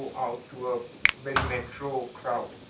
out to ah very metro crowd.